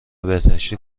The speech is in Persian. بهداشتی